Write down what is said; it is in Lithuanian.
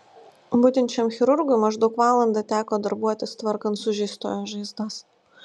budinčiam chirurgui maždaug valandą teko darbuotis tvarkant sužeistojo žaizdas